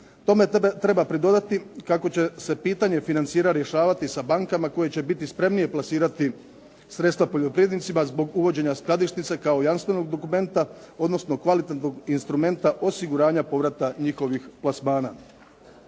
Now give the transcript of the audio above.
Tome treba pridodati kako će se pitanje financira rješavati sa bankama koje će biti spremnije plasirati sredstva poljoprivrednicima zbog uvođenja skladišnice kao jamstvenog dokumenta odnosno kvalitetnog instrumenta osiguranja povrata njihovih plasmana.